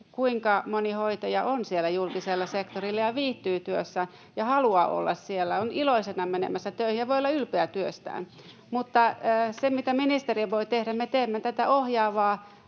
kuinka moni hoitaja on siellä julkisella sektorilla ja viihtyy työssään ja haluaa olla siellä, on iloisena menemässä töihin ja voi olla ylpeä työstään. Mutta se, mitä ministeri voi tehdä, niin me teemme tätä ohjaavaa